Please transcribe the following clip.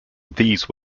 these